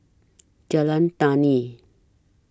Jalan Tani